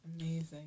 Amazing